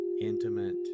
intimate